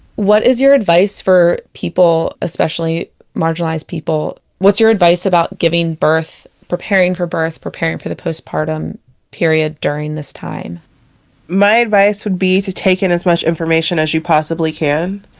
what is your advice for people, especially marginalized people. what's your advice? giving birth, preparing for birth, preparing for the postpartum period during this time my advice would be to take in as much information as you possibly can.